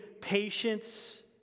patience